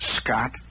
Scott